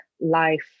life